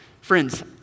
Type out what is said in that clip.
friends